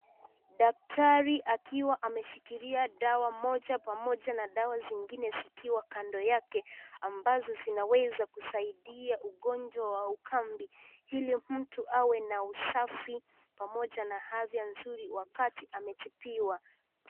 Daktari akiwa ameshikilia dawa moja pamoja na dawa zingine zikiwa kando yake ambazo zinaweza kusaidia ugonjwa wa ukambi ili mtu awe na usafi pamoja na afya nzuri wakati ametibiwa.